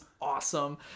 awesome